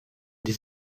des